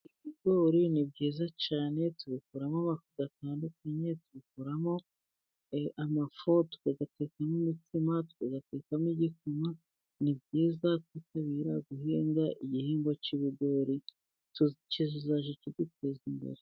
Ibigori ni byiza cyane, tubikuramo amafi atandukanye, tubikuramo amafu tugatekamo imitsima, tugatekamo igikoma ni byiza, twitabire guhinga igihingwa cy'ibigori, kizajya kiduteza imbere.